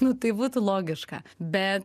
nu tai būtų logiška bet